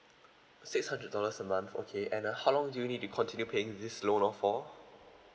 six hundred dollars a month okay and uh how long do you need to continue paying this loan for